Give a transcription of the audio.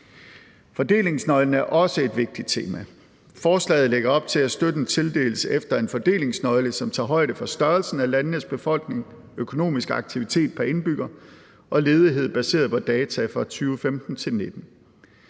Fordelingsnøglen er også et vigtigt tema. Forslaget lægger op til, at støtten tildeles efter en fordelingsnøgle, som tager højde for størrelsen af landenes befolkning, økonomisk aktivitet pr. indbygger og ledighed baseret på data fra 2015 til 2019.